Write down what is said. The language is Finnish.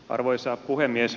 arvoisa puhemies